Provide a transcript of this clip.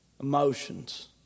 Emotions